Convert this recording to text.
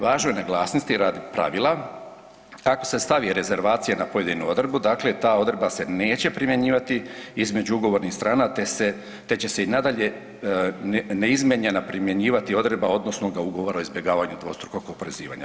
Važno je naglasiti radi pravila, ako se stavi rezervacija na pojedinu odredbu dakle ta odredba se neće primjenjivati između ugovornih strana te se, te će se i nadalje neizmijenjena primjenjivati odredba odnosnoga ugovora o izbjegavanju dvostrukoga oporezivanja.